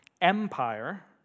Empire